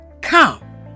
come